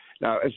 Now